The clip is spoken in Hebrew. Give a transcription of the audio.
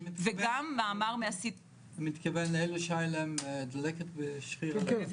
אני מתכוון לאלה שהיתה להם דלקת בשריר הלב.